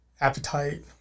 appetite